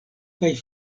kaj